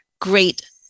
great